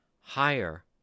higher